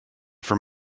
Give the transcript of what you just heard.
from